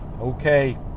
Okay